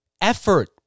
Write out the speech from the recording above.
effort